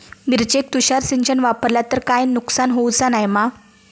मिरचेक तुषार सिंचन वापरला तर काय नुकसान होऊचा नाय मा?